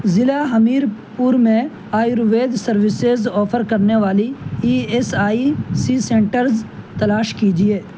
ضلع ہمیر پور میں Ayurveda services offer کرنے والی E S I C centres تلاش کیجیے